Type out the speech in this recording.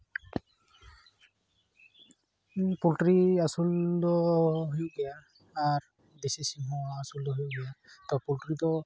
poultry ᱟᱹᱥᱩᱞ ᱫᱚ ᱦᱩᱭᱩᱜ ᱜᱮᱭᱟ ᱟᱨ ᱫᱮᱥᱤ ᱥᱤᱢ ᱦᱚᱸ ᱟᱹᱥᱩᱞ ᱫᱚ ᱦᱩᱭᱩᱜ ᱜᱮᱭᱟ ᱛᱚ ᱯᱳᱞᱴᱨᱤ ᱫᱚ